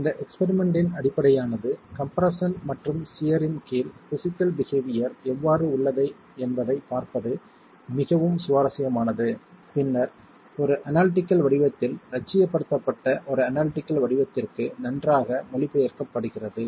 எனவே இந்த எக்ஸ்பிரிமெண்ட்டின் அடிப்படையானது கம்ப்ரெஸ்ஸன் மற்றும் சியர்ரின் கீழ் பிஸிக்கல் பிஹேவியர் எவ்வாறு உள்ளது என்பதைப் பார்ப்பது மிகவும் சுவாரஸ்யமானது பின்னர் ஒரு அனலிடிகள் வடிவத்தில் இலட்சியப்படுத்தப்பட்ட ஒரு அனலிடிகள் வடிவத்திற்கு நன்றாக மொழிபெயர்க்கப்படுகிறது